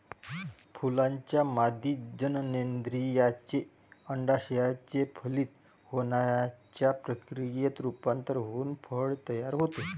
फुलाच्या मादी जननेंद्रियाचे, अंडाशयाचे फलित होण्याच्या प्रक्रियेत रूपांतर होऊन फळ तयार होते